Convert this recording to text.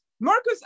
Marcus